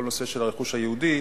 כל הנושא של הרכוש היהודי.